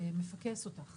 שמפקס אותך